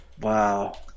wow